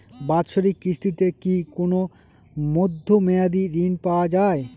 বাৎসরিক কিস্তিতে কি কোন মধ্যমেয়াদি ঋণ পাওয়া যায়?